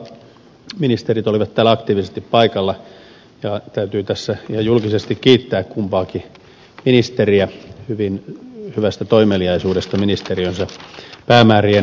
ministerit olivat täällä aktiivisesti paikalla ja täytyy tässä ihan julkisesti kiittää kumpaakin ministeriä hyvin hyvästä toimeliaisuudesta ministeriönsä päämäärien eteen